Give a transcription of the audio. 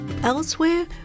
Elsewhere